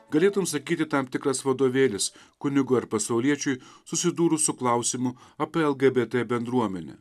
galėtum sakyti tam tikras vadovėlis kunigui ar pasauliečiui susidūrus su klausimu apie lgbt bendruomenę